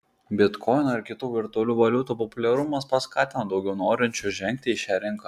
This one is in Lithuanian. bitkoino ir kitų virtualių valiutų populiarumas paskatino daugiau norinčių žengti į šią rinką